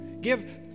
Give